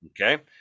okay